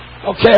Okay